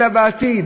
אלא בעתיד,